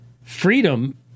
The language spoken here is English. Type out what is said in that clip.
freedom